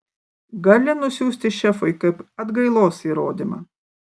gali nusiųsti šefui kaip atgailos įrodymą